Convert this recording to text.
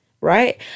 right